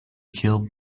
killed